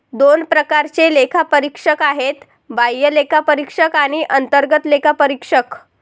दोन प्रकारचे लेखापरीक्षक आहेत, बाह्य लेखापरीक्षक आणि अंतर्गत लेखापरीक्षक